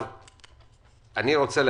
כן.